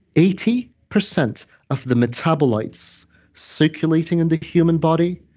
eighty percent of the metabolites circulating in the human body,